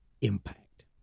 impact